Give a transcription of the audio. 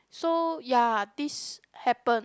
so ya this happened